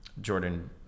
Jordan